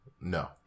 No